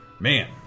Man